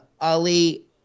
Ali